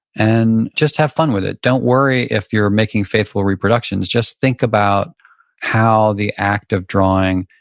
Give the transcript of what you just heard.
and just have fun with it. don't worry if you're making faithful reproductions. just think about how the act of drawing,